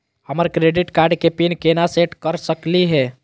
हमर credit card के PIN केना सेट कर सकली हे?